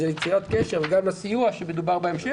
יצירת קשר גם את הסיוע שמדובר בהמשך.